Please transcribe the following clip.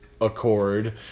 Accord